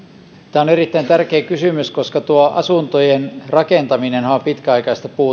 tämä on erittäin tärkeä kysymys koska asuntojen rakentaminenhan on pitkäaikaista